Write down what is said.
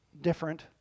different